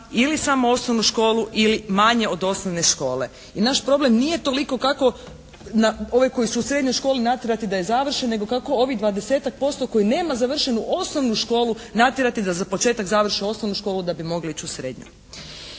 ili samo osnovnu školu ili manje od osnovne škole. I naš problem nije toliko kako ove koji su u srednjoj školi natjerati da je završe nego kako ovih 20% koji nema završenu osnovnu školu natjerati da za početak završe osnovnu školu da bi mogli ići u srednju.